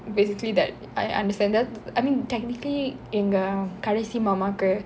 basically that I understand that I mean technically எங்கள் கடைசி மாமாவுக்கு:yengal kadaisi maamavukku